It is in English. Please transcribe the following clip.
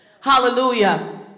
Hallelujah